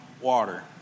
water